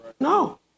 No